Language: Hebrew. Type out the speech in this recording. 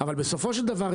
אבל בסופו של דבר,